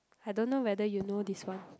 I don't know whether you know this one